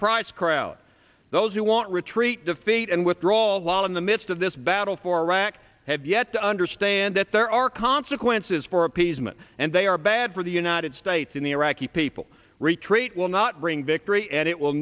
price crowd those who want retreat defeat and withdrawal law in the midst of this battle for iraq have yet to understand that there are consequences for appeasement and they are bad for the united states in the iraqi people retreat will not bring victory and it will